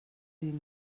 vint